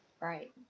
right